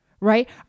right